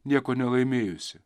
nieko nelaimėjusi